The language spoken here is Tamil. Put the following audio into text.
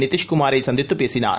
நிதிஷ்குமாரை சந்தித்துப் பேசினார்